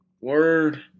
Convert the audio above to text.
word